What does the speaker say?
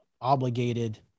obligated